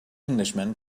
englishman